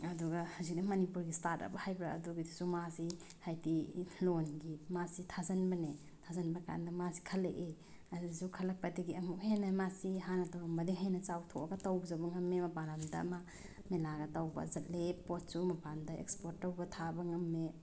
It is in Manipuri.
ꯑꯗꯨꯒ ꯍꯧꯖꯤꯛꯅ ꯃꯅꯤꯄꯨꯔꯒꯤ ꯁ꯭ꯇꯥꯔꯠ ꯑꯞ ꯍꯥꯏꯕ꯭ꯔ ꯑꯗꯨꯒꯤꯗꯨꯁꯨ ꯃꯥꯁꯤ ꯍꯥꯏꯕꯗꯤ ꯂꯣꯟꯒꯤ ꯃꯥꯁꯤ ꯊꯥꯖꯤꯟꯕꯅꯦ ꯊꯥꯖꯤꯟꯕ ꯀꯥꯟꯗ ꯃꯥꯁꯤ ꯈꯜꯂꯛꯑꯦ ꯑꯗꯨꯁꯨ ꯈꯜꯂꯛꯄꯗꯒꯤ ꯑꯃꯨꯛ ꯍꯦꯟꯅ ꯃꯥꯁꯤ ꯍꯥꯟꯅ ꯇꯧꯔꯝꯕꯗꯒꯤ ꯍꯦꯟꯅ ꯆꯥꯎꯊꯣꯛꯑꯒ ꯇꯧꯖꯕ ꯉꯝꯃꯦ ꯃꯄꯥꯜ ꯂꯝꯗ ꯑꯃ ꯃꯦꯂꯥꯒ ꯇꯧꯕ ꯆꯠꯂꯦ ꯄꯣꯠꯁꯨ ꯃꯄꯥꯟꯗ ꯑꯦꯛꯁꯄꯣꯔꯠ ꯇꯧꯕ ꯊꯥꯕ ꯉꯝꯃꯦ